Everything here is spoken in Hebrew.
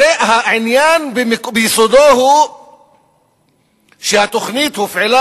הרי העניין ביסודו הוא שהתוכנית הופעלה